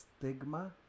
stigma